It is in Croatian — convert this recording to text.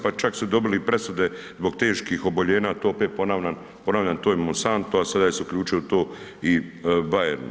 Pa čak su dobili i presude zbog teških oboljenja, to opet ponavljam, to je Monsanto a sada se uključio u to i Bayer.